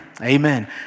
Amen